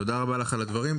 תודה רבה לך על הדברים.